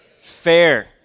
fair